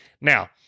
Now